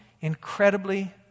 incredibly